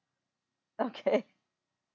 okay